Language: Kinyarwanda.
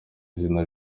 izina